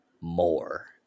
more